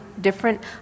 different